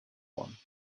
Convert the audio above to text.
one